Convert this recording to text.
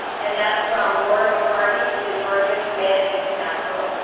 and that's from laura mccarty with the georgia humanities council.